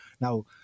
Now